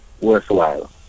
worthwhile